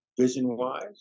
vision-wise